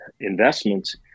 investments